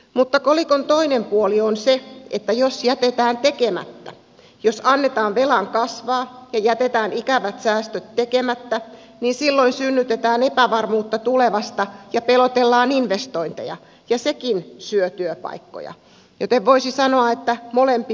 mutta kolikon toinen puoli on se että jos jätetään tekemättä jos annetaan velan kasvaa ja jätetään ikävät säästöt tekemättä niin silloin synnytetään epävarmuutta tulevasta ja pelotellaan investointeja ja sekin syö työpaikkoja joten voisi sanoa että molempi pahempi